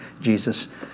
Jesus